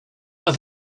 are